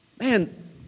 Man